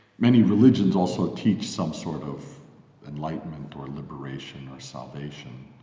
many religions also teach some sort of enlightenment or liberation or salvation.